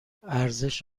ارزش